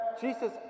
Jesus